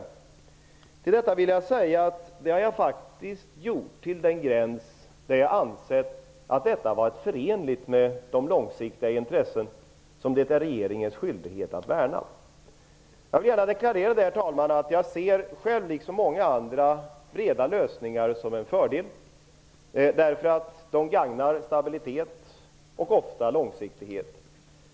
Med anledning av detta vill jag säga att jag faktiskt har gjort detta, till den gräns där jag ansett att detta var förenligt med de långsiktiga intressen som det är regeringens skyldighet att värna. Jag vill gärna deklarera, herr talman, att jag själv liksom många andra ser breda lösningar som en fördel, eftersom de gagnar stabilitet och ofta långsiktighet.